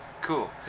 Cool